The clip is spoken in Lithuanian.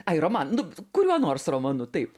ai romaną nu kuriuo nors romanu taip